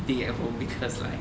eating at home because like